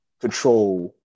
control